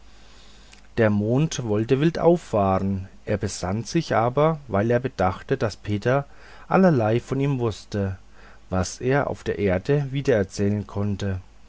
der mond wollte wild auffahren er besann sich aber weil er bedachte daß peter allerlei von ihm wußte was er auf erden wiedererzählen konnte